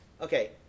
Okay